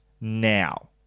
now